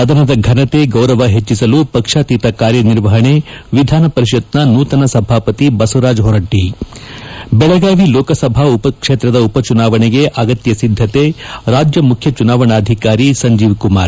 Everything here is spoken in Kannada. ಸದನದ ಘನತೆ ಗೌರವ ಹೆಚ್ಚಿಸಲು ಪಕ್ಷಾತೀತ ಕಾರ್ಯ ನಿರ್ವಹಣೆ ವಿಧಾನಪರಿಷತ್ ನೂತನ ಸಭಾಪತಿ ಬಸವರಾಜ ಹೊರಟ್ಟಿ ಬೆಳಗಾವಿ ಲೋಕಸಭಾ ಉಪಚುನಾವಣೆಗೆ ಅಗತ್ಯ ಸಿದ್ದತೆ ರಾಜ್ಯ ಮುಖ್ಯ ಚುನಾವಣಾಧಿಕಾರಿ ಸಂಜೀವ್ ಕುಮಾರ್